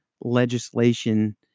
legislation